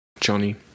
johnny